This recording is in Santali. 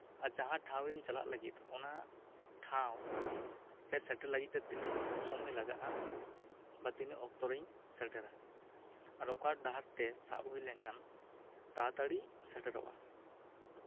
ᱡᱟᱦᱟᱸ ᱴᱷᱟᱶ ᱤᱧ ᱪᱟᱞᱟᱜ ᱞᱟᱹᱜᱤᱫ ᱚᱱᱟ ᱴᱷᱟᱶ ᱨᱮ ᱥᱮᱴᱮᱨ ᱞᱟᱹᱜᱤᱫ ᱛᱮ ᱛᱤᱱᱟᱹᱜ ᱥᱚᱢᱚᱭ ᱞᱟᱜᱟᱜᱼᱟ ᱵᱟ ᱛᱤᱱᱟᱹᱜ ᱚᱠᱛᱚ ᱨᱤᱧ ᱥᱮᱴᱮᱨᱟ ᱟᱨ ᱚᱠᱟ ᱰᱟᱦᱟᱨ ᱛᱮ ᱥᱟᱵ ᱦᱩᱭ ᱞᱮᱱᱠᱷᱟᱱ ᱛᱟᱲᱟᱛᱟᱲᱤ ᱥᱮᱴᱮᱨᱚᱜᱼᱟ